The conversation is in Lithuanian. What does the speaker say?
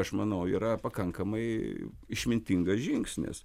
aš manau yra pakankamai išmintingas žingsnis